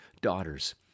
daughters